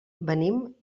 venim